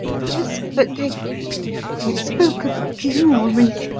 yes, but they they spoke of a funeral wreath.